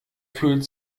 fühlt